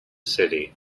city